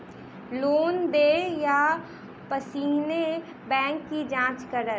Loan देय सा पहिने बैंक की जाँच करत?